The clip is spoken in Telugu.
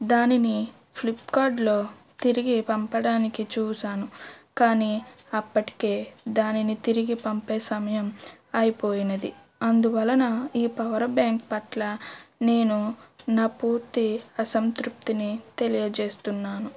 దానిని ఫ్లిప్కార్డ్లో తిరిగి పంపడానికి చూసాను కానీ అప్పటికే దానిని తిరిగి పంపే సమయం అయిపోయినది అందువలన ఈ పవర్ బ్యాంక్ పట్ల నేను నా పూర్తి అసంతృప్తిని తెలియజేస్తున్నాను